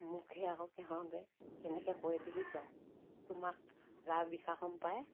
মোকহে আকৌ সিহঁতে কেনেকৈ কয় দেখিছা তোমাক গা বিষাকম পায়